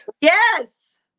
Yes